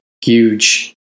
huge